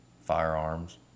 firearms